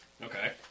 Okay